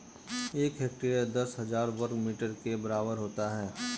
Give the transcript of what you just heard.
एक हेक्टेयर दस हज़ार वर्ग मीटर के बराबर होता है